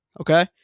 okay